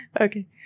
Okay